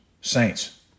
Saints